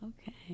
Okay